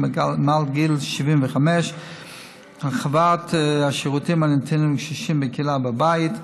מעל גיל 75. הרחבת השירותים הניתנים לקשישים בקהילה ובבית,